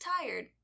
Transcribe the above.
tired